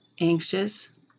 anxious